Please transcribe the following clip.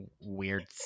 weird